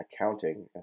accounting